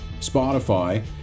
Spotify